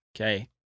Okay